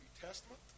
Testament